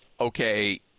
okay